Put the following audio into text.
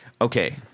Okay